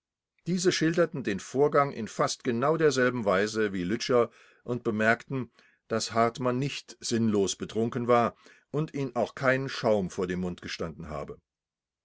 diese schilderten den vorgang in fast genau derselben weise wie lütscher und bemerkten daß hartmann nicht sinnlos betrunken war und ihm auch kein schaum vor dem munde gestanden habe